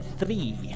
three